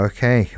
Okay